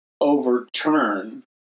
overturn